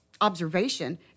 Observation